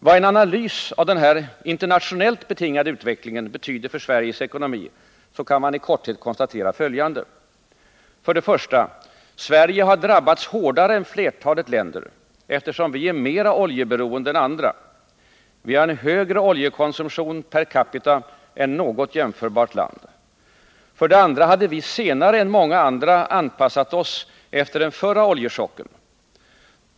Vid en analys av vad den här internationellt betingade utvecklingen betyder för Sveriges ekonomi, kan man i korthet konstatera följande: 1. Sverige har drabbats hårdare än flertalet länder, eftersom vi är mer oljeberoende än andra. Vi har en högre oljekonsumtion per capita än något jämförbart land. 2. Vi hade senare än många andra anpassat oss efter den förra oljechocken.